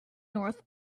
north